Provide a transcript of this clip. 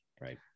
right